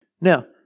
Now